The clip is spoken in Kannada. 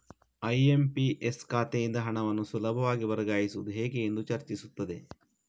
ಐ.ಎಮ್.ಪಿ.ಎಸ್ ಖಾತೆಯಿಂದ ಹಣವನ್ನು ಸುಲಭವಾಗಿ ವರ್ಗಾಯಿಸುವುದು ಹೇಗೆ ಎಂದು ಚರ್ಚಿಸುತ್ತದೆ